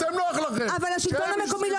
נוח לכם שהם --- אבל השלטון המקומי לא